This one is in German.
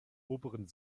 oberen